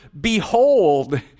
behold